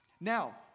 Now